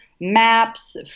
maps